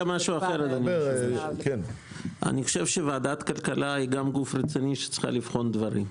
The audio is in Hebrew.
חושב שוועדת הכלכלה היא גם גוף רציני שצריכה לבחון דברים.